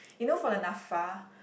you know for the Napfa